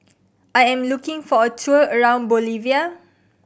I am looking for a tour around Bolivia